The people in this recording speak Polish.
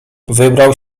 wybrał